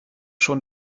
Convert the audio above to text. schon